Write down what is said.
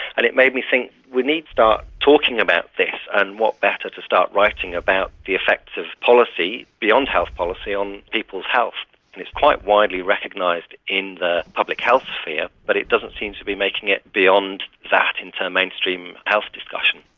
and it made me think we need to start talking about this and what better to start writing about the effects of policy, beyond health policy, on people's health. and it's quite widely recognised in the public health sphere, but it doesn't seem to be making it beyond that into mainstream health discussion.